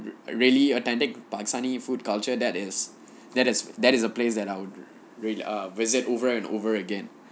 really authentic pakistani food culture that is that is that is a place that I will really err visit over and over again